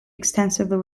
extensively